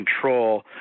control